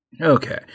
Okay